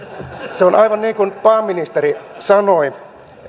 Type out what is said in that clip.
se on aivan niin kuin pääministeri sanoi